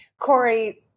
Corey